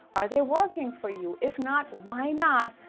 are there working for you? if not, why not?